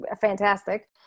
fantastic